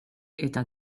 eta